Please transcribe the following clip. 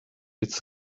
its